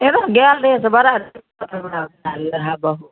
एगो गाय अनलियै से बड़ा खाएल रहै बहुत